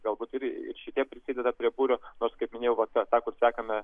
galbūt ir ir šitie prisideda prie būrio nors kaip minėjau va tą kur sekame